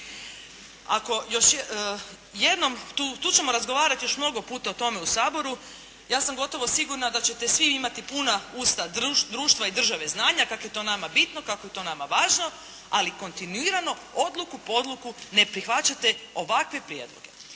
Tu ćemo razgovarati još mnogo puta o tome u Saboru, ja sam gotovo sigurna da ćete svi imati puna usta društva i države znanja, kako je to nama bitno, kako je to nama važno, ali kontinuirano odluku po odluku ne prihvaćate ovakve prijedloge.